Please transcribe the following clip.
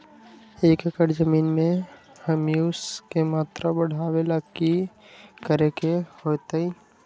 एक एकड़ जमीन में ह्यूमस के मात्रा बढ़ावे ला की करे के होतई?